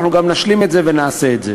ואנחנו גם נשלים את זה ונעשה את זה.